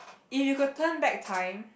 if you could turn back time